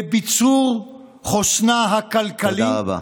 בביצור חוסנה הכלכלי, תודה רבה.